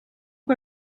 que